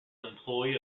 employee